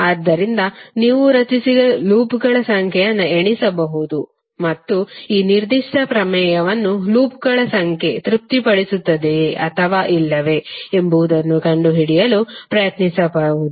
ಆದ್ದರಿಂದ ನೀವು ರಚಿಸಿದ ಲೂಪ್ಗಳ ಸಂಖ್ಯೆಯನ್ನು ಎಣಿಸಬಹುದು ಮತ್ತು ಈ ನಿರ್ದಿಷ್ಟ ಪ್ರಮೇಯವನ್ನು ಲೂಪ್ಗಳ ಸಂಖ್ಯೆ ತೃಪ್ತಿಪಡಿಸುತ್ತದೆಯೆ ಅಥವಾ ಇಲ್ಲವೇ ಎಂಬುದನ್ನು ಕಂಡುಹಿಡಿಯಲು ಪ್ರಯತ್ನಿಸಬಹುದು